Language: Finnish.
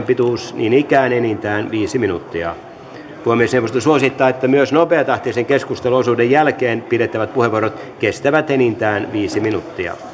pituus niin ikään enintään viisi minuuttia puhemiesneuvosto suosittaa että myös nopeatahtisen keskusteluosuuden jälkeen pidettävät puheenvuorot kestävät enintään viisi minuuttia